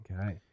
Okay